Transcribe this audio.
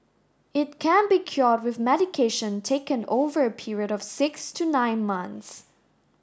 it can be cured with medication taken over a period of six to nine months